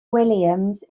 williams